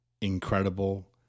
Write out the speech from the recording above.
incredible